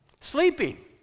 Sleeping